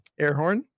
Airhorn